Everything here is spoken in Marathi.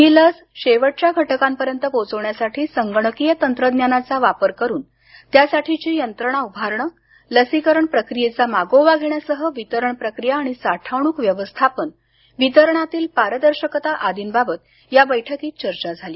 ही लस शेवटच्या घटकापर्यंत पोहोचवण्यासाठी संगणकीय तंत्रज्ञानाचा वापर करुन त्यासाठीची यंत्रणा उभारणं लसीकरण प्रक्रियेचा मागोवा घेण्यासह वितरण प्रक्रिया आणि साठवणूक व्यवस्थापन वितरणातील पारदर्शकता आदींबाबत या बैठकीत चर्चा झाली